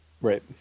Right